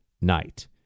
night